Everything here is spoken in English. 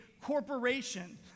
corporation